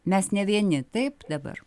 mes ne vieni taip dabar